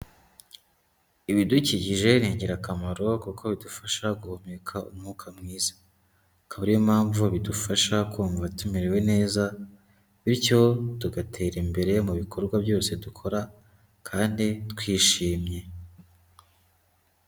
Ibidukikije ni ingirakamaro kuko bidufasha guhumeka umwuka mwiza, akaba ari yo mpamvu bidufasha kumva tumerewe neza bityo tugatera imbere mu bikorwa byose dukora kandi twishimye.